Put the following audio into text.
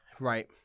Right